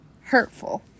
hurtful